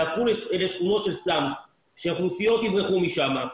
יהפכו לשכונות סלאמס והאוכלוסיות יברחו מהן.